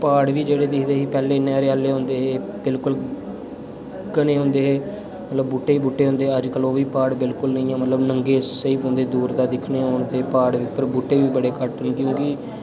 प्हाड़ बी जेल्लै दिक्खदे ही पैह्ले इ'न्ने हरयाले होंदे हे बिल्कुल घने होंदे हे मतलब बूह्टे गै बुह्टे होंदे हे अज्ज कल ओह् बी प्हाड़ बिल्कुल नेईं हैन मतलब नंगे सेही होंदे दूर दा दिक्खने होन ते प्हाड़ दे उप्पर बूह्टे बी बड़े घट्ट होई दे ऐनी